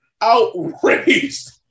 outraged